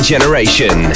Generation